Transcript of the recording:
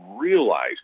realize